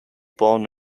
born